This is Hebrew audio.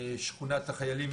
שכונת החיילים